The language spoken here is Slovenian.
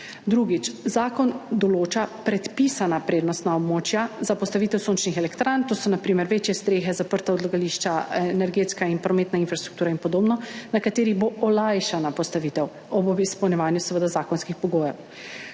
Drugič, zakon določa predpisana prednostna območja za postavitev sončnih elektrarn, to so na primer večje strehe, zaprta odlagališča, energetska in prometna infrastruktura in podobno, na kateri bo olajšana postavitev, seveda ob izpolnjevanju zakonskih pogojev.